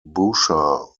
boucher